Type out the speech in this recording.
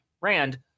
Rand